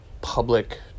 public